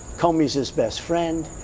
comey's his best friend.